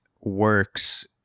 works